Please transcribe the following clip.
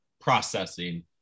processing